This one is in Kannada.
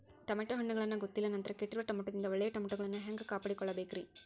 ಟಮಾಟೋ ಹಣ್ಣುಗಳನ್ನ ಗೊತ್ತಿಲ್ಲ ನಂತರ ಕೆಟ್ಟಿರುವ ಟಮಾಟೊದಿಂದ ಒಳ್ಳೆಯ ಟಮಾಟೊಗಳನ್ನು ಹ್ಯಾಂಗ ಕಾಪಾಡಿಕೊಳ್ಳಬೇಕರೇ?